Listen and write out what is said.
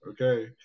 okay